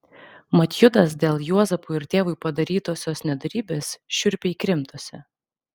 mat judas dėl juozapui ir tėvui padarytosios nedorybės šiurpiai krimtosi